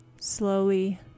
Slowly